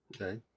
Okay